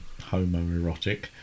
homoerotic